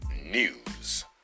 News